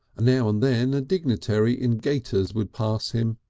ah now and then a dignitary in gaiters would pass him,